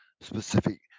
specific